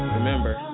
Remember